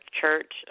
church